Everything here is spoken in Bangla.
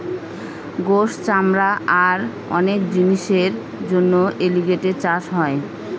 গোস, চামড়া আর অনেক জিনিসের জন্য এলিগেটের চাষ হয়